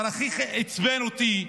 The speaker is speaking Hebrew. אבל הכי עצבן אותי,